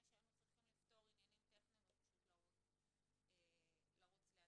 שהיינו צריכים לפתור עניינים טכניים ופשוט לרוץ להצבעה.